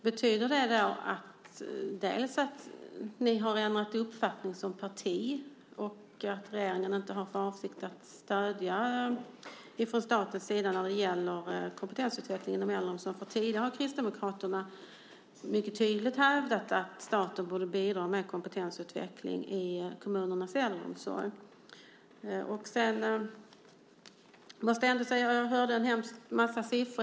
Betyder det att ni har ändrat uppfattning som parti och att regeringen inte har för avsikt att låta staten stödja kompetensutvecklingen inom äldreomsorgen? Tidigare har Kristdemokraterna mycket tydligt hävdat att staten borde bidra med kompetensutveckling inom kommunernas äldreomsorg. Maria Larsson redogjorde för en väldig massa siffror.